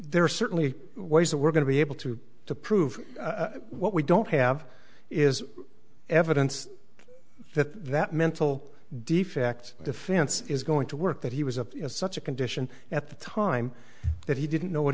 are certainly ways that we're going to be able to prove what we don't have is evidence that that mental defect defense is going to work that he was of such a condition at the time that he didn't know what